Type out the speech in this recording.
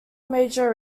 major